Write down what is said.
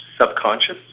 subconscious